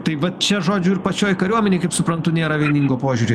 tai va čia žodžiu ir pačioj kariuomenėj kaip suprantu nėra vieningo požiūrio